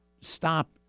stop